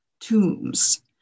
tombs